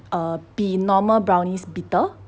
um 比 normal brownies bitter